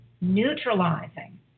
neutralizing